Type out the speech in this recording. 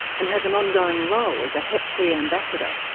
and has an ongoing role as a hep c ambassador.